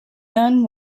none